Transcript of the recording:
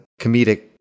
comedic